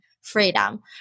freedom